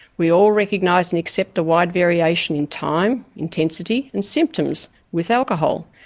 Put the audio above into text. we all recognise and accept the wide variation in time, intensity and symptoms with alcohol,